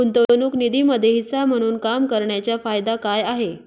गुंतवणूक निधीमध्ये हिस्सा म्हणून काम करण्याच्या फायदा काय आहे?